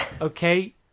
Okay